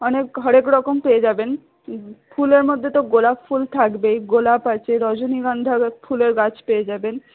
অনেক হরেক রকম পেয়ে যাবেন ফুলের মধ্যে তো গোলাপ ফুল থাকবেই গোলাপ আছে রজনীগন্ধা ফুলের গাছ পেয়ে যাবেন